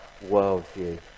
worldview